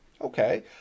okay